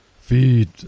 Feed